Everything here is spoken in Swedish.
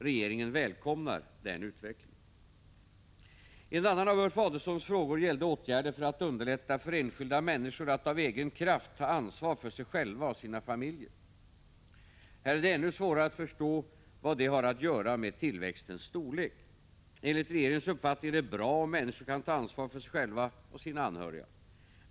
"Regeringen välkomnar denna utveckling. En annan av Ulf Adelsohns frågor gällde åtgärder för att underlätta för enskilda människor att av egen kraft ta ansvar för sig själva och sina familjer. Här är det ännu svårare att förstå vad detta har att göra med tillväxtens storlek. Enligt regeringens uppfattning är det bra om människor kan ta ansvar för sig själva och sina anhöriga.